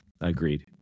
Agreed